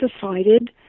decided